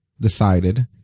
decided